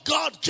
God